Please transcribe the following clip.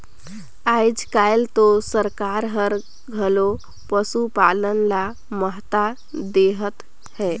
आयज कायल तो सरकार हर घलो पसुपालन ल महत्ता देहत हे